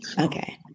Okay